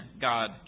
God